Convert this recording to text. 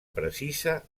precisa